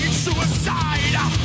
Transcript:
suicide